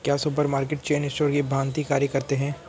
क्या supermarket chain store की भांति कार्य करते हैं?